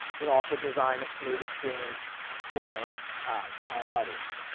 but also design a smooth experience for my audience.